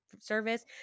service